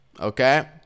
okay